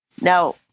now